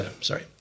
sorry